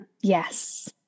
yes